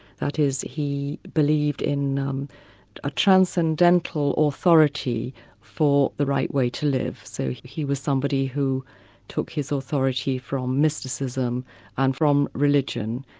that is, he believed in um a transcendental authority for the right way to live. so he was somebody who took his authority from um mysticism and from religion.